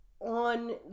on